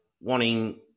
wanting